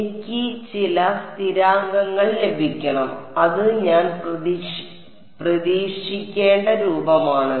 എനിക്ക് ചില സ്ഥിരാങ്കങ്ങൾ ലഭിക്കണം അത് ഞാൻ പ്രതീക്ഷിക്കേണ്ട രൂപമാണ്